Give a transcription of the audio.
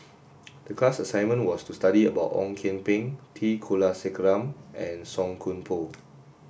the class assignment was to study about Ong Kian Peng T Kulasekaram and Song Koon Poh